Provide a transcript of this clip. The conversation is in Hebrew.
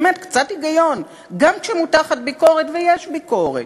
באמת, קצת היגיון, גם כשמוטחת ביקורת, ויש ביקורת.